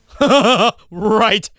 Right